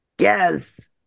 yes